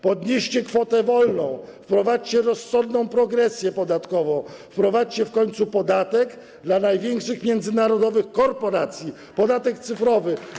Podnieście kwotę wolną od podatku, wprowadźcie rozsądną progresję podatkową, wprowadźcie w końcu podatek dla największych międzynarodowych korporacji, podatek cyfrowy.